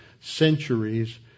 centuries